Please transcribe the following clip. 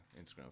Instagram